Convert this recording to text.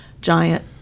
giant